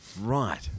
Right